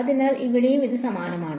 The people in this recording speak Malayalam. അതിനാൽ ഇവിടെയും ഇത് സമാനമാണ്